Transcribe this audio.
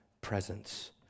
presence